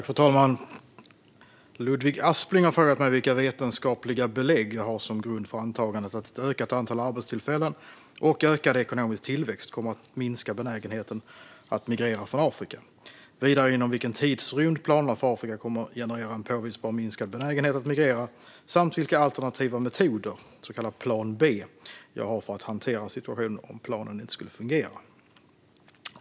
Fru talman! Ludvig Aspling har frågat mig vilka vetenskapliga belägg jag har som grund för antagandet att ett ökat antal arbetstillfällen och ökad ekonomisk tillväxt kommer att minska benägenheten att migrera från Afrika. Han frågar vidare inom vilken tidsrymd planerna för Afrika kommer att generera en påvisbar minskad benägenhet att migrera samt vilka alternativa metoder, så kallad plan B, jag har för att hantera situationen om planen inte skulle fungera.